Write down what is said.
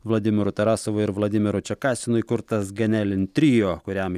vladimiru tarasovu ir vladimiru čekasinu įkurtas ganelin trio kuriam